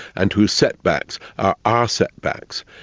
and whose setbacks are our setbacks.